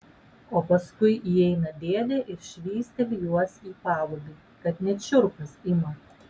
o paskui įeina dėdė ir švysteli juos į palubį kad net šiurpas ima